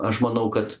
aš manau kad